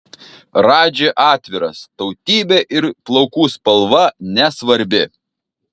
radži atviras tautybė ir plaukų spalva nesvarbi